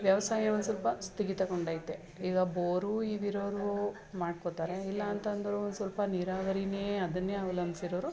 ವ್ಯವಸಾಯ ಒಂದ್ಸ್ವಲ್ಪ ಸ್ಥಗಿತಗೊಂಡೈತೆ ಈಗ ಬೋರು ಇವಿರೋರು ಮಾಡ್ಕೊಳ್ತಾರೆ ಇಲ್ಲ ಅಂತಂದವ್ರು ಸ್ವಲ್ಪ ನೀರಾವರಿಯೇ ಅದನ್ನೇ ಅವಲಂಬಿಸಿರೋರು